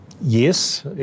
Yes